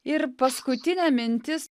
ir paskutinė mintis